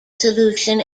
solution